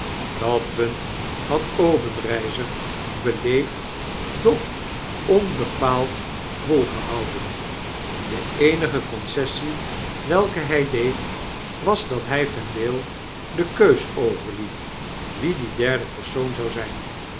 dat punt had obenreizer beleefd doch onbepaald volgehouden de eenige concessie welke hij deed was dat hg vendale de keus overliet wie die derde persoon zou zijn